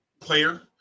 player